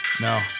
No